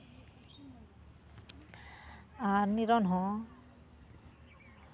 ᱟᱨ ᱱᱤᱨᱚᱱ ᱦᱚᱸ